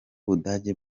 budage